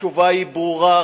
התשובה היא ברורה,